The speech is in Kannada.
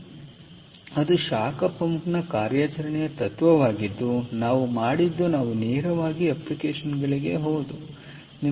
ಆದ್ದರಿಂದ ಅದು ಶಾಖ ಪಂಪ್ನ ಕಾರ್ಯಾಚರಣೆಯ ತತ್ವವಾಗಿದ್ದು ನಾವು ಮಾಡಿದ್ದು ನಾವು ನೇರವಾಗಿ ಅಪ್ಲಿಕೇಶನ್ ಗಳಿಗೆ ಹೋದೆವು